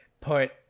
put